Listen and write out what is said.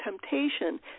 temptation